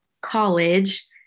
college